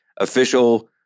official